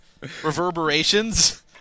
Reverberations